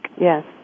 Yes